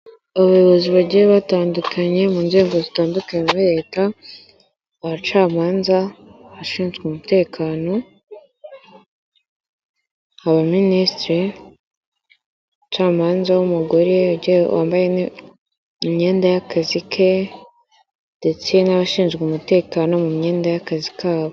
Abayobozi bagiye batandukanye mu nzego zitandukanye bereka abacamanza, bashinzwe umutekano, abaminisitiri, umucamanza w'umugore wambaye imyenda y'akazi ke ndetse n'abashinzwe umutekano mu myenda y'akazi kabo.